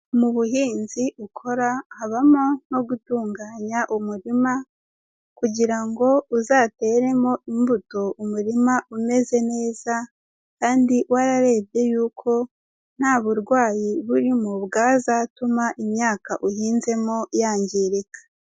Mu buhinzi ukora habamo no gutunganya umurima kugira ngo uzateremo imbuto umurima umeze neza kandi wararebye y'uko nta burwayi burimo bwazatuma imyaka uhinzemo yangirika.